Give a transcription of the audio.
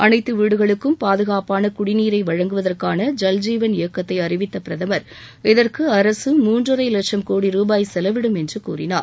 அனைத்து வீடுகளுக்கும் பாதுகாப்பான குடிநீரை வழங்குவதற்கான ஐல் ஜீவன் இயக்கத்தை அறிவித்த பிரதமர் இதற்கு அரசு மூன்றரை லட்சம் கோடி ரூபாய் செலவிடும் என்று கூறினார்